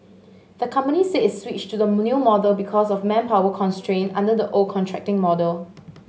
the company said it switched to the new model because of manpower constraint under the old contracting model